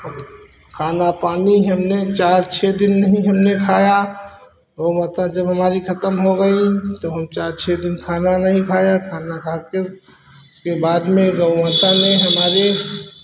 और खाना पानी हमने चार छः दिन नहीं हमने खाया गौ माता जब हमारी ख़त्म हो गई तो हम चार छः दिन खाना नहीं खाया खाना खाकर उसके बाद में गौ माता ने हमारी